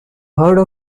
horde